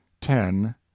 ten